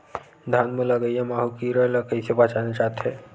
धान म लगईया माहु कीरा ल कइसे पहचाने जाथे?